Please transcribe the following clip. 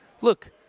look